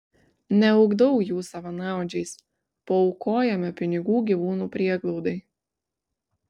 neugdau jų savanaudžiais paaukojame pinigų gyvūnų prieglaudai